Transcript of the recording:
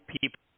people